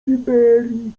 syberii